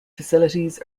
facilities